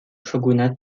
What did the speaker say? shogunat